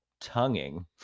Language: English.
tonguing